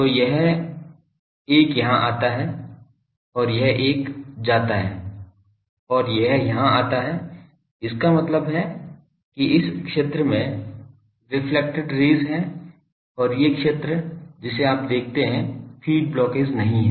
तो यह एक यहाँ आता है और यह एक जाता है और यह यहाँ आता है इसका मतलब है कि इस क्षेत्र में रेफ्लेक्टेड रेज़ हैं और ये क्षेत्र जिसे आप देखते हैं फ़ीड ब्लॉकेज नहीं है